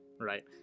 right